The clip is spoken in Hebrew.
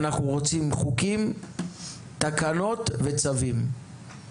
אנחנו רוצים חוקים, תקנות וצווים.